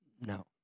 No